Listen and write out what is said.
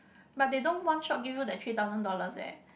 but they don't one shot give you that three thousand dollars eh